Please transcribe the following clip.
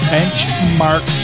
Benchmark